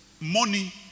Money